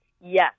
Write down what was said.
Yes